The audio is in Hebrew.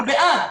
אנחנו בעד,